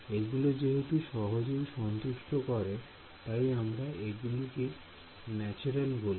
এগুলো যেহেতু সহজেই সন্তুষ্ট করে তাই আমরা এগুলিকে ন্যাচেরাল বলি